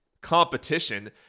competition